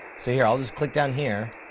so here, i'll just click down here.